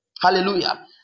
Hallelujah